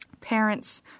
Parents